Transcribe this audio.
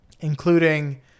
Including